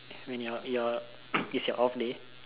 when your your is your off day